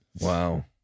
Wow